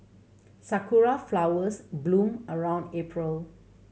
sakura flowers bloom around April